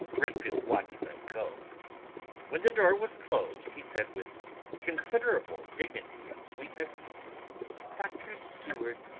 renfield watched them go when the door was closed he said, with considerable dignity and sweetness dr. seward,